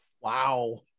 wow